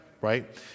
right